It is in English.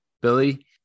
Billy